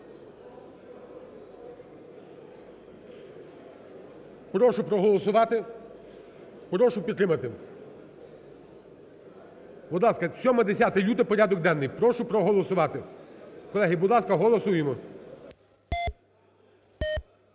Прошу проголосувати, прошу підтримати. Будь ласка, 7-10 лютого, порядок денний, прошу проголосувати. колеги, будь ласка, голосуємо.